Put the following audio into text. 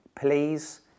please